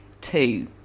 Two